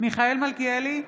מיכאל מלכיאלי,